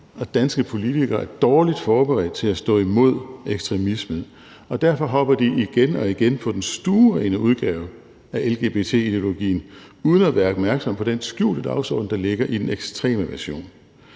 og danske politikere er dårligt forberedt til at stå imod ekstremisme. Derfor hopper de igen og igen på den stuerene udgave af lgbt-ideologien uden at være opmærksomme på den skjulte dagsorden, der ligger i den ekstreme version.